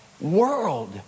world